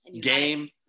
game